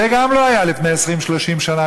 זה גם לא היה לפני 20 30 שנה.